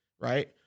right